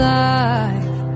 life